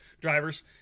drivers